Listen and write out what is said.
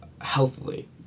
healthily